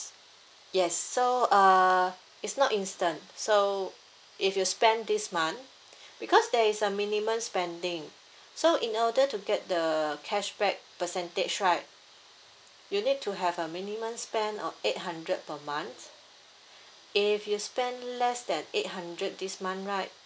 yes so uh it's not instant so if you spend this month because there is a minimum spending so in order to get the cashback percentage right you need to have a minimum spend of eight hundred per month if you spend less than eight hundred this month right